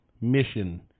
mission